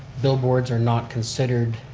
billboards are not considered